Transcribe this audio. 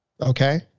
Okay